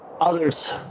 Others